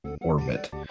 orbit